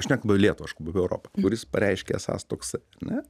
aš nekabu lietuvą aš kabu apie europą kuris pareiškė esąs toks na